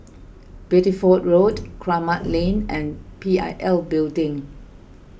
Bideford Road Kramat Lane and P I L Building